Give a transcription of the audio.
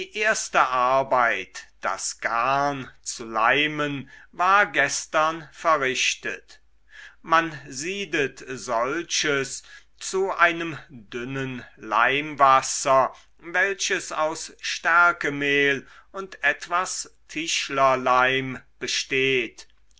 erste arbeit das garn zu leimen war gestern verrichtet man siedet solches in einem dünnen leimwasser welches aus stärkemehl und etwas tischlerleim besteht